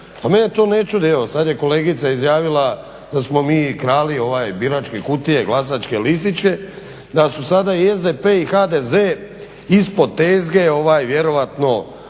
pa mene to ne čudi. Evo sad je kolegica izjavila da smo mi krali biračke kutije, glasačke listiće, da su sada i SDP i HDZ ispod tezge vjerojatno